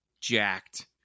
jacked